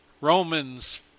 Romans